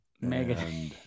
mega